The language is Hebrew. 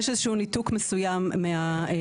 יש איזשהו ניתוק מסוים מהוועדה.